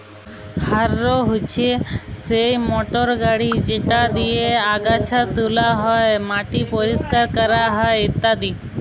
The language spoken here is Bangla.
হাররো হছে সেই মটর গাড়ি যেট দিঁয়ে আগাছা তুলা হ্যয়, মাটি পরিষ্কার ক্যরা হ্যয় ইত্যাদি